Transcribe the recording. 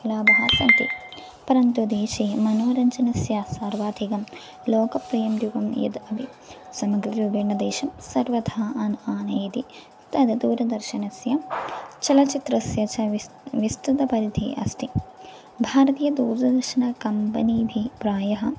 लाभाः सन्ति परन्तु देशे मनोरञ्जनस्य सार्वाधिकं लोकप्रियं रुपं यद् अपि समग्ररूपेण देशं सर्वथा आन् आनयति तद् दूरदर्शनस्य चलनचित्रस्य च विस् विस्तृतपरिधिः अस्ति भारतीयदूरदर्शनकम्पनीभि प्रायः